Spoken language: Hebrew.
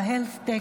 ל-Health-Tec.